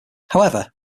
however